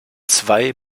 zwei